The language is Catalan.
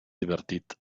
divertit